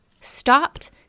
stopped